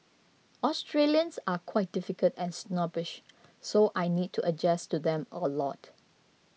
Australians are quite difficult and snobbish so I need to adjust to them a lot